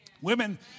Women